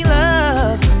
love